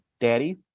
Daddy